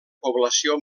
població